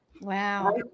Wow